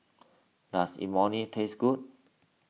does Imoni taste good